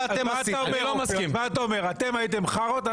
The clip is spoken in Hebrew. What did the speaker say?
בניגוד אליכם שעשיתם את זה חודש אחרי.